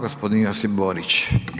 Gospodin Josip Borić.